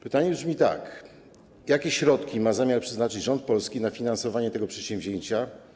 Pytanie brzmi tak: Jakie środki ma zamiar przeznaczyć polski rząd na finansowanie tego przedsięwzięcia?